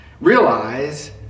realize